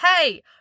hey